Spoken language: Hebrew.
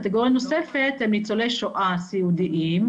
קטגוריה נוספת הם ניצולי שואה סיעודיים,